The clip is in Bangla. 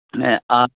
হ্যাঁ